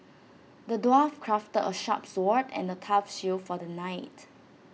the dwarf crafted A sharp sword and A tough shield for the knight